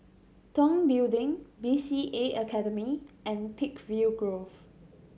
Tong Building B C A Academy and Peakville Grove